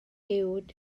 uwd